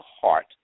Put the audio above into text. heart